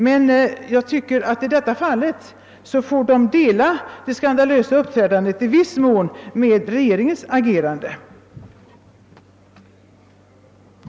Men i detta fall får bolagsledningen, som har uppträtt skandalöst, i viss mån dela ansvaret med regeringen, som har agerat på ett oförsvarligt sätt.